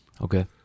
Okay